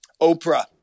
Oprah